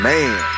Man